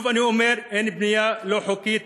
שוב אני אומר: אין בנייה לא חוקית,